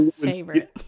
favorite